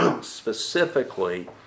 specifically